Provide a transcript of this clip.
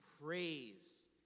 praise